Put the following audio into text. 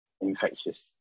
infectious